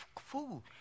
food